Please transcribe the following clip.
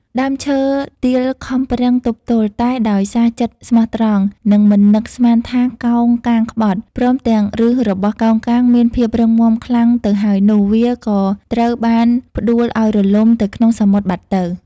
ដើមឈើទាលខំប្រឹងទប់ទល់ តែដោយសារចិត្តស្មោះត្រង់ និងមិននឹកស្មានថាកោងកាងក្បត់ ព្រមទាំងប្ញសរបស់កោងកាងមានភាពរឹងមាំខ្លាំងទៅហើយនោះ វាក៏ត្រូវបានផ្តួលឲ្យរលំទៅក្នុងសមុទ្របាត់ទៅ។